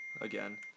again